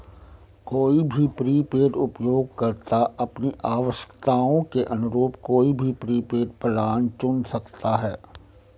कोई भी प्रीपेड उपयोगकर्ता अपनी आवश्यकताओं के अनुरूप कोई भी प्रीपेड प्लान चुन सकता है